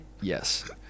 Yes